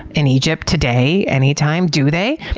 in egypt? today? anytime, do they?